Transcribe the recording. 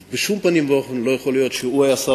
אז בשום פנים ואופן לא יכול להיות שהוא היה שר